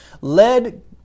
led